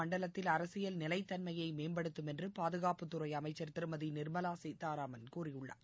மண்டலத்தில் அரசியல் நிலைத்தன்மையை மேம்படுத்தும் என்று பாதுகாப்புத்துறை அமைச்சா் திருமதி நிர்மலா சீதாராமன் கூறியுள்ளார்